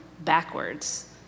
backwards